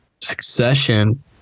Succession